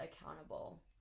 accountable